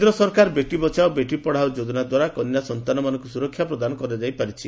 କେନ୍ଦ୍ର ସରକାର ବେଟି ବଚାଓ ବେଟି ପଢ଼ାଓ ଯୋଜନା ଦ୍ୱାରା କନ୍ୟା ସନ୍ତାନ ମାନଙ୍କୁ ସୁରକ୍ଷା ପ୍ରଦାନ କରାଯାଇପାରିଛି